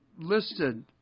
listed